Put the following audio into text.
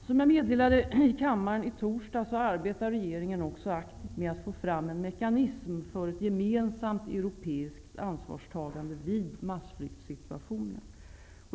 Som jag meddelade i kammaren i torsdags arbetar regeringen också aktivt med att få fram en mekanism för ett gemensamt europeiskt ansvarstagande vid massflyktssituationer.